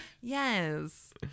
Yes